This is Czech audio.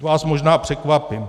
Teď vás možná překvapím.